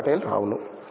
భక్తి పటేల్ అవును